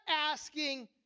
asking